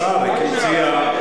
השר הציע.